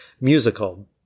musical